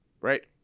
Right